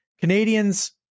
Canadians